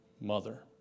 mother